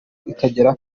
ikagera